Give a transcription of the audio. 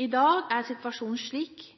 I dag er situasjonen slik